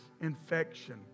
infection